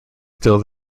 still